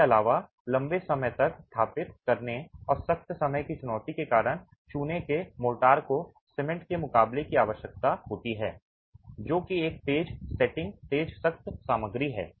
इसके अलावा लंबे समय तक स्थापित करने और सख्त समय की चुनौती के कारण चूने के मोर्टार को सीमेंट के मुकाबले की आवश्यकता होती है जो कि एक तेज़ सेटिंग तेज़ सख्त सामग्री है